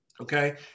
Okay